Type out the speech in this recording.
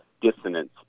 dissonance